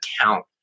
account